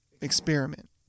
experiment